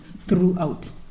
throughout